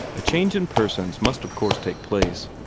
a change in persons must of course take place,